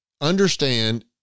understand